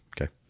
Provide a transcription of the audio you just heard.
Okay